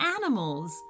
animals